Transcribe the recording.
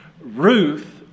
Ruth